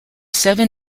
seven